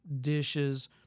dishes